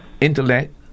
intellect